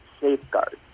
safeguards